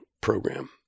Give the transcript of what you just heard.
Program